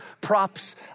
props